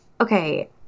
Okay